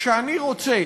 כשאני רוצה,